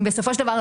בסופו של דבר,